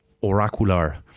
oracular